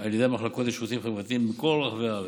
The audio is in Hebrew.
על ידי המחלקות לשירותים חברתיים בכל רחבי הארץ,